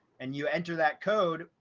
and you enter that code.